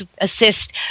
assist